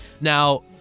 Now